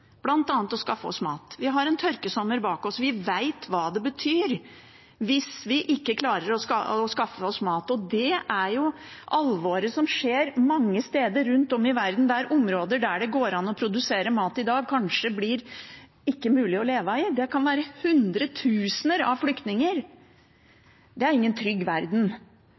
ved å skaffe oss mat. Vi har en tørkesommer bak oss. Vi vet hva det betyr hvis vi ikke klarer å skaffe oss mat. Dette er alvoret mange steder rundt om i verden, der områder der det går an å produsere mat i dag, kanskje ikke blir mulig å leve i. Det kan være snakk om hundretusener av flyktninger. Det er ingen trygg verden.